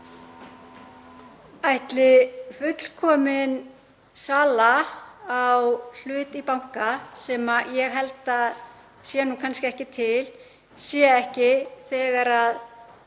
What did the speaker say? Ætli fullkomin sala á hlut í banka, sem ég held að sé kannski ekki til, sé ekki þegar